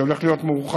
שהולך להיות מורחב,